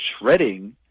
shredding